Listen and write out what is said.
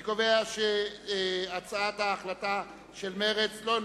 אני קובע שהצעת ההחלטה של מרצ לא נתקבלה.